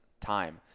time